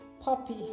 Poppy